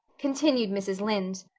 continued mrs. lynde,